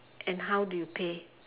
and how do you pay